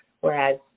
whereas